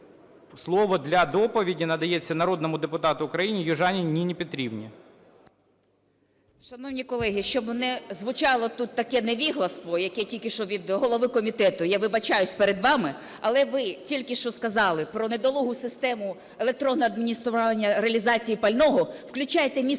Слово для доповіді надається народному депутату України Южаніній Ніні Петрівні.